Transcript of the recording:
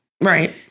right